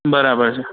બરાબર છે